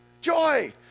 Joy